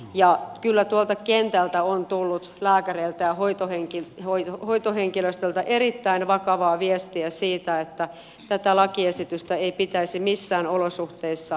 ja kyllä tuolta kentältä on tullut lääkäreiltä ja hoitohenkilöstöltä erittäin vakavaa viestiä siitä että tätä lakiesitystä ei pitäisi missään olosuhteissa hyväksyä